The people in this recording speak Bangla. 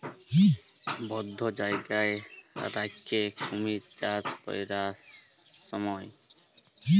বধ্য জায়গায় রাখ্যে কুমির চাষ ক্যরার স্যময়